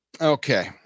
Okay